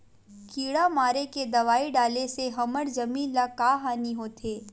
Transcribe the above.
किड़ा मारे के दवाई डाले से हमर जमीन ल का हानि होथे?